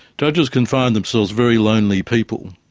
judges can find themselves very lonely people,